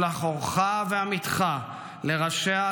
"שלח אורך ואמתך לראשיה,